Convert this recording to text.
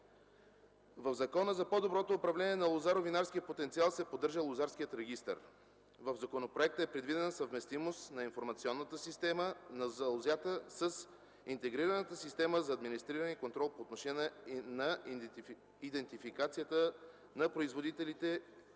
детайлно. За по-доброто управление на лозаро-винарския потенциал в закона се поддържа лозарският регистър. В законопроекта е предвидена съвместимост на информационната система за лозята с интегрираната система за администриране и контрол по отношение на идентификацията на производителите и